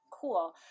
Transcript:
cool